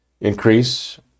increase